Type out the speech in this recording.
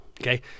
Okay